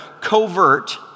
covert